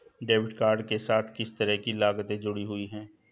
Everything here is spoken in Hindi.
डेबिट कार्ड के साथ किस तरह की लागतें जुड़ी हुई हैं?